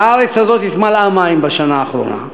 והארץ הזאת התמלאה מים בשנה האחרונה,